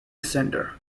center